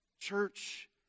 Church